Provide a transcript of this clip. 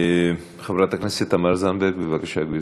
חברת הכנסת תמר זנדברג, בבקשה, גברתי.